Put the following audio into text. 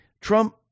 Trump